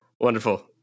Wonderful